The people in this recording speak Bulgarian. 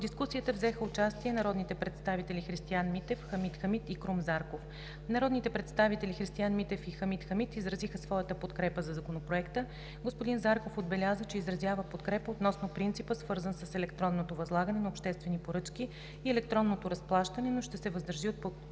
дискусията взеха участие народните представители Христиан Митев, Хамид Хамид и Крум Зарков. Народните представители Христиан Митев и Хамид Хамид изразиха своята подкрепа за Законопроекта. Господин Зарков отбеляза, че изразява подкрепа относно принципа, свързан с електронното възлагане на обществени поръчки и електронното разплащане, но ще се въздържи от подкрепа